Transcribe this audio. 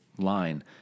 line